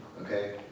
okay